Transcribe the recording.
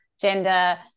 gender